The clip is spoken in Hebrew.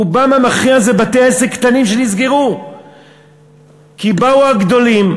רובם המכריע זה בתי-עסק קטנים שנסגרו כי באו הגדולים,